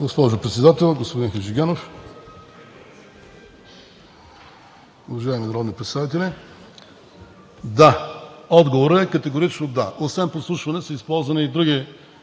Госпожо Председател, господин Хаджигенов, уважаеми народни представители! Да, отговорът е категорично „да“. Освен подслушване са използвани и други